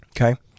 Okay